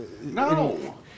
no